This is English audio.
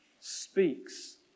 speaks